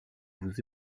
vous